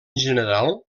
general